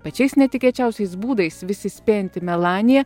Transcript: pačiais netikėčiausiais būdais vis įspėjanti melaniją